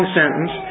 sentence